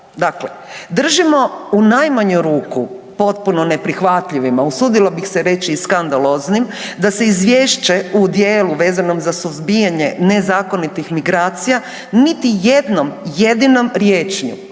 Dakle, držimo u najmanju ruku potpuno neprihvatljivima usudila bi se reći i skandaloznim da se izvješće u dijelu vezanom za suzbijanje nezakonitih migracija niti jednom jedinom riječju